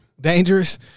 dangerous